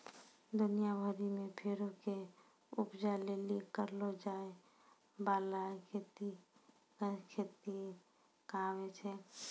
दुनिया भरि मे फरो के उपजा लेली करलो जाय बाला खेती फर खेती कहाबै छै